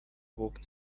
walked